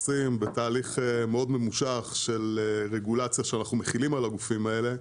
בתהליך מאוד ממושך של רגולציה שאנחנו מחילים על הגופים האלה,